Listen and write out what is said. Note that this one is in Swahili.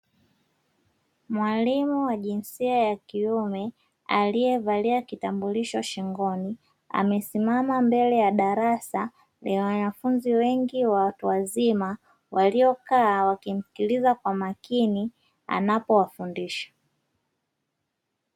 Mwalimu wa jinsia ya kiume aliyevalia kitambulisho shingoni amesimama mbele ya darasa lenye wanafunzi wengi wa watu wazima, waliokaa wakimsikiliza kwa makini anapowafundisha.